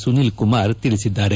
ಸುನೀಲ ಕುಮಾರ್ ತಿಳಿಸಿದ್ದಾರೆ